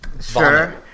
Sure